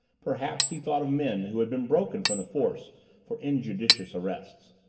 perhaps he thought of men who had been broken from the force for injudicious arrests,